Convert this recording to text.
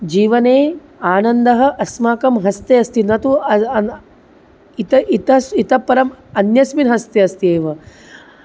जीवने आनन्दः अस्माकं हस्ते अस्ति न तु अय् अन इतः इतः इतःपरम् अन्यस्मिन् हस्ते अस्ति एव